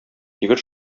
егет